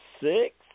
six